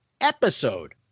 episode